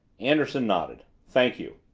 anderson nodded. thank you.